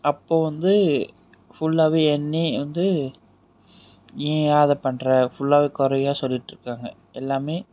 அப்போ வந்து ஃபுல்லாகவே எண்ணி வந்து நீ ஏன் அதை பண்ணுற ஃபுல்லாகவே கொறையாக சொல்லிட்டு இருக்காங்க எல்லாமே